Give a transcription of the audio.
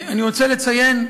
אני רוצה לציין,